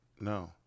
No